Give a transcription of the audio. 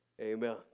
Amen